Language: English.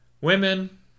women